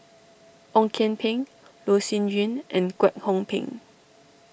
Ong Kian Peng Loh Sin Yun and Kwek Hong Png